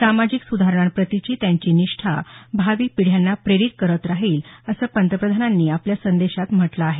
सामाजिक सुधारणांप्रतिची त्यांची निष्ठा भावी पिढ्यांना प्रेरीत करत राहिल असं पंतप्रधानांनी आपल्या संदेशात म्हटलं आहे